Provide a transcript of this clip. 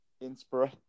inspire